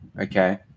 okay